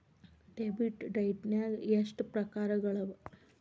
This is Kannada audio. ಡೆಬಿಟ್ ಡೈಟ್ನ್ಯಾಗ್ ಎಷ್ಟ್ ಪ್ರಕಾರಗಳವ?